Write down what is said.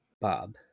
Bob